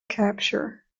capture